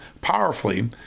powerfully